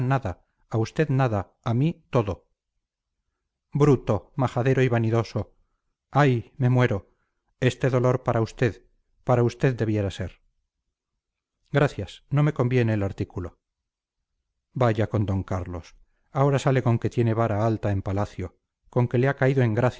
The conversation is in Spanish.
a usted nada a mí todo bruto majadero y vanidoso ay me muero este dolor para usted para usted debiera ser gracias no me conviene el artículo vaya con d carlos ahora sale con que tiene vara alta en palacio con que le ha caído en